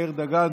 מאיר דגן,